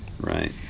right